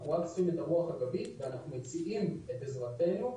אנחנו רק צריכים את הרוח הגבית ואנחנו מציעים את עזרתנו,